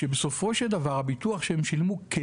שבסופו של דבר הם שילמו ביטוח כי